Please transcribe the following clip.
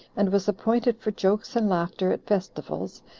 and was appointed for jokes and laughter at festivals,